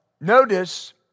notice